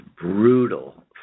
brutal